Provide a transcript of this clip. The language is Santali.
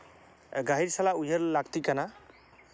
ᱜᱟᱹᱦᱤᱨ ᱥᱟᱞᱟᱜ ᱩᱭᱦᱟᱹᱨ ᱞᱟᱹᱠᱛᱤ ᱠᱟᱱᱟ